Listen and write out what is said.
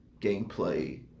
gameplay